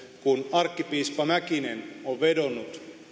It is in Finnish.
kun arkkipiispa mäkinen on vedonnut